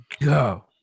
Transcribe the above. go